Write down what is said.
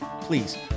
please